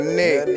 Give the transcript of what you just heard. neck